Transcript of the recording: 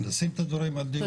לשים את הדברים על דיוקם,